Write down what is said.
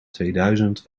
tweeduizend